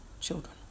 children